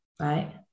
Right